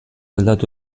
aldatu